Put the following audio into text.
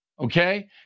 okay